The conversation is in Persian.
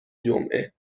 جمعه